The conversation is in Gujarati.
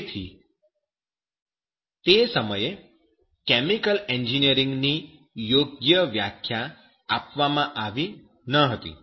તેથી તે સમયે કેમિકલ એન્જિનિયરિંગ ની યોગ્ય વ્યાખ્યા આપવામાં આવી નહોતી